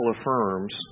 affirms